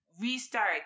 restart